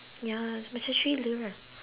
ya macam thriller right